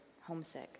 homesick